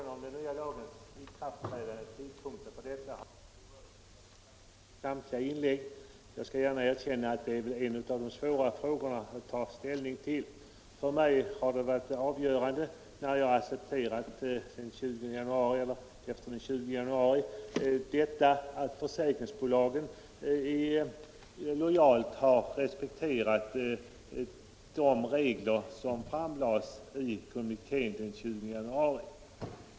Herr talman! Frågan om tidpunkten för den nya lagens ikraftträdande har berörts i samtliga inlägg. Jag skall gärna erkänna att det är en av de svåraste frågorna att ta ställning till. För mig har det avgörande varit — när jag accepterat att den skulle träda i kraft omedelbart efter den 20 januari — att försäkringsbolagen lojalt respekterat de regler som framlades i kommittén den 20 januari.